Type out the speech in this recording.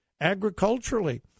agriculturally